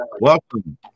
welcome